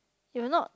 you will not